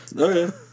Okay